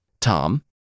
Tom